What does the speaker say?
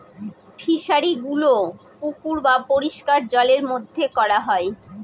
ফিশারিগুলো পুকুর বা পরিষ্কার জলের মধ্যে করা হয়